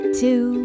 two